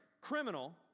criminal